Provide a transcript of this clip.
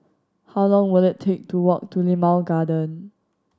how long will it take to walk to Limau Garden